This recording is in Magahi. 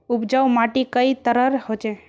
उपजाऊ माटी कई तरहेर होचए?